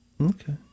Okay